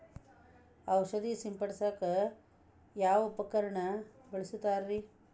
ಔಷಧಿ ಸಿಂಪಡಿಸಕ ಯಾವ ಉಪಕರಣ ಬಳಸುತ್ತಾರಿ?